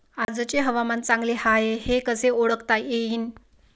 आजचे हवामान चांगले हाये हे कसे ओळखता येईन?